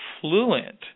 fluent